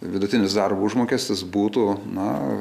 vidutinis darbo užmokestis būtų na